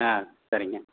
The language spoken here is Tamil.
ஆ சரிங்க